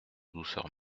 douceur